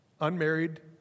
unmarried